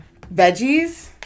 veggies